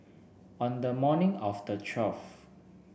on the morning of the twelfth